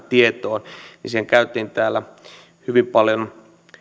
tietoon siitä käytiin täällä hyvin paljon